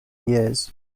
years